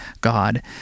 God